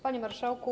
Panie Marszałku!